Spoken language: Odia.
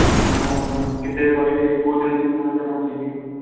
ହଁ ଆପଣ କେତେବେଳେ ରହିବେ କେଉଁଦିନ ଯିବି କହୁନାହାଁନ୍ତି ଆପଣ ଥିବେ